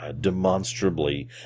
demonstrably